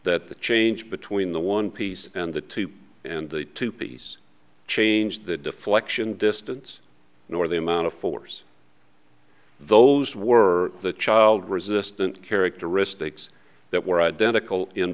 the change between the one piece and the two and the two piece change the deflection distance nor the amount of force those were the child resistant characteristics that were identical in